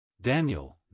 Daniel